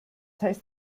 heißt